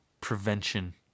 prevention